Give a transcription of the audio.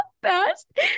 best